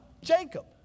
Jacob